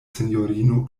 sinjorino